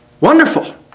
Wonderful